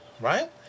right